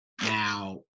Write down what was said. Now